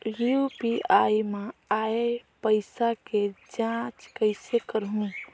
UPI मा आय पइसा के जांच कइसे करहूं?